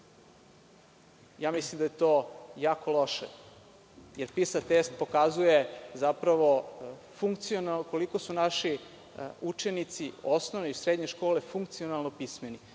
Mislim da je to jako loše, jer PISA test pokazuje zapravo koliko su naši učenici osnovne i srednje škole funkcionalno pismeni.